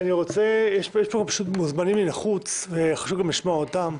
יש פה מוזמנים מן החוץ, חשוב לשמוע גם אותם.